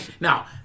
now